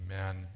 amen